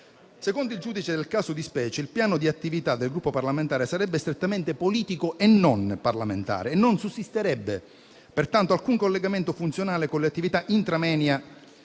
Secondo il giudice del caso di specie, il piano di attività del Gruppo parlamentare sarebbe strettamente politico e non parlamentare e non sussisterebbe pertanto alcun collegamento funzionale con le attività *intra moenia*